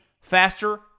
faster